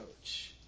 coach